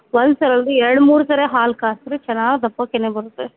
ಒಂದು ಸಲ ಅಲ್ಲದೆ ಎರಡು ಮೂರು ಸರಿ ಹಾಲು ಕಾಸಿರಿ ಚೆನ್ನಾಗಿ ದಪ್ಪಗೆ ಕೆನೆ ಬರುತ್ತೆ